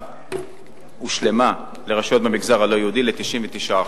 הושלמה לרשויות במגזר הלא-יהודי ל-99%.